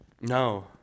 No